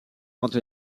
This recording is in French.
contre